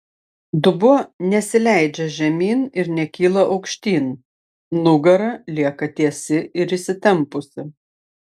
dubuo nesileidžia žemyn ir nekyla aukštyn nugara lieka tiesi ir įsitempusi